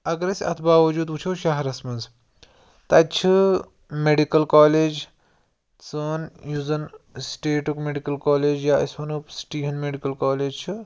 اگر أسۍ اَتھ باوجوٗد وُچھو شَہرَس منٛز تَتہِ چھِ میٚڈِکَل کالج سوٗن یُس زَن سٹیٹُک میٚڈِکَل کالج یا أسۍ وَنو سِٹی ہُنٛد میٚڈِکَل کالج چھُ